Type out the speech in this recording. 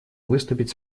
выступить